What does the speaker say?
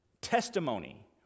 testimony